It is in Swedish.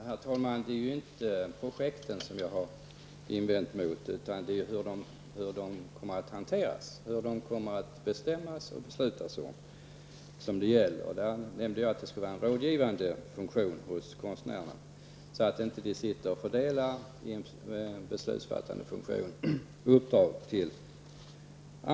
Herr talman! Det är inte projekten som jag har invänt mot, utan hur de kommer att hanteras, vad som kommer att bestämmas och vilka beslut som kommer att fattas. Jag anser att det skall finnas en rådgivande funktion hos konstnärerna, inte en beslutsfattande funktion.